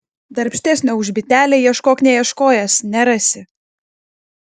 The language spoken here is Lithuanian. darbštesnio už bitelę ieškok neieškojęs nerasi